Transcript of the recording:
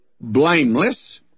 blameless